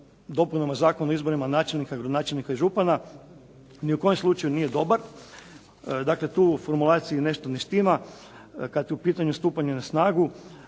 dopunama Zakona o izborima načelnika, gradonačelnika i župana ni u kojem slučaju nije dobar, dakle tu u formulaciji nešto ne štima kada je u pitanju stupanje na snagu